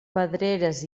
pedreres